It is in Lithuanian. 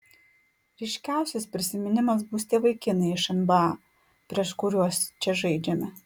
ryškiausias prisiminimas bus tie vaikinai iš nba prieš kuriuos čia žaidžiame